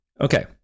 Okay